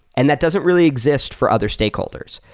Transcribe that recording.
and that doesn't really exist for other stakeholders.